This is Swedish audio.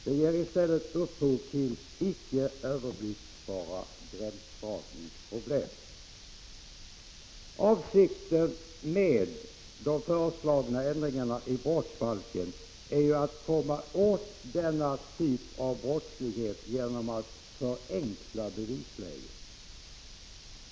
Det ger i stället upphov till icke överblickbara gränsdragningsproblem. Avsikten med de föreslagna ändringarna i brottsbalken är ju att komma åt denna typ av brottslighet genom att förenkla bevisläget.